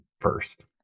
first